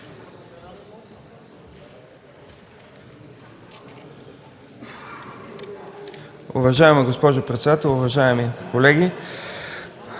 Уважаема госпожо председател, уважаеми колеги!